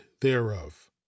thereof